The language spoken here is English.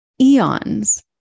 eons